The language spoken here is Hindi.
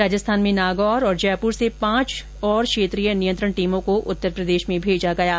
राजस्थान में नागौर और जयपुर से पांच और क्षेत्रीय नियंत्रण टीमों को उत्तर प्रदेश में भेजा गया है